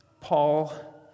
Paul